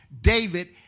David